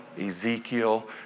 Ezekiel